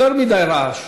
יותר מדי רעש.